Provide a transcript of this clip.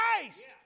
Christ